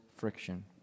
friction